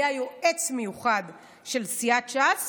היה יועץ מיוחד של סיעת ש"ס